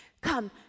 come